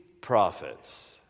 prophets